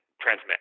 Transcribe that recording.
transmit